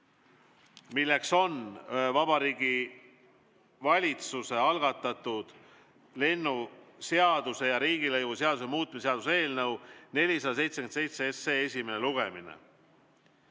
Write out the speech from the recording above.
milleks on Vabariigi Valitsuse algatatud lennuseaduse ja riigilõivuseaduse muutmise seaduse eelnõu 477 esimene lugemine.